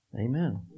Amen